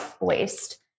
waste